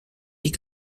die